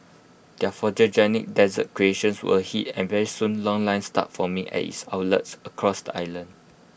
their photogenic dessert creations were A hit and very soon long lines started forming at its outlets across the island